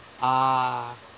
ah